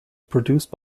produced